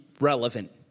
relevant